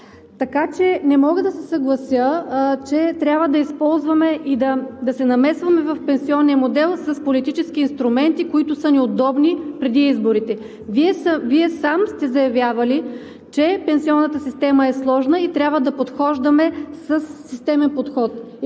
така че не мога да се съглася, че трябва да използваме и да се намесваме в пенсионния модел с политически инструменти, които са ни удобни преди изборите. Вие сам сте заявявали, че пенсионната система е сложна и трябва да подхождаме със системен подход.